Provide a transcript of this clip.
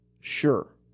Sure